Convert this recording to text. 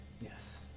Yes